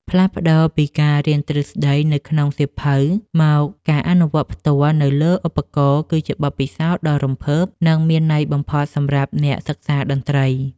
ផ្លាស់ប្តូរពីការរៀនទ្រឹស្តីនៅក្នុងសៀវភៅមកការអនុវត្តផ្ទាល់នៅលើឧបករណ៍គឺជាបទពិសោធន៍ដ៏រំភើប និងមានន័យបំផុតសម្រាប់អ្នកសិក្សាតន្ត្រី។